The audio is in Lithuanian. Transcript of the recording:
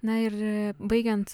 na ir baigiant